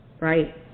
right